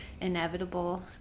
inevitable